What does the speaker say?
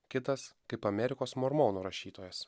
kitas kaip amerikos mormonų rašytojas